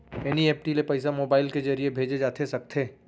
NEFT ले पइसा mobile के ज़रिए भेजे जाथे सकथे?